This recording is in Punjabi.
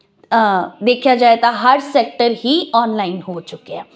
ਦੇਖਿਆ ਜਾਏ ਤਾਂ ਹਰ ਸੈਕਟਰ ਹੀ ਆਨਲਾਈਨ ਹੋ ਚੁੱਕਿਆ